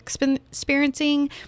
experiencing